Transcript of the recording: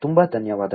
ತುಂಬ ಧನ್ಯವಾದಗಳು